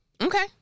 Okay